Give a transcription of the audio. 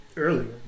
Earlier